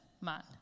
man